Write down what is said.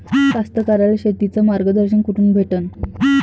कास्तकाराइले शेतीचं मार्गदर्शन कुठून भेटन?